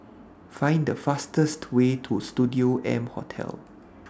Find The fastest Way to Studio M Hotel